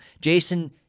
Jason